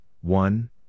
one